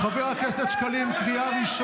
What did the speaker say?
חבר הכנסת עודה,